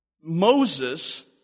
Moses